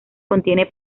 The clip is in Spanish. contiene